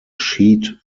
sheet